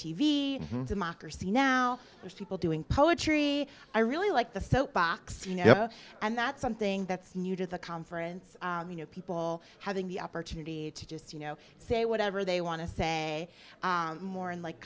v democracy now there's people doing poetry i really like the soapbox you know and that's something that's new to the conference you know people having the opportunity to just you know say whatever they want to say more